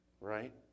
right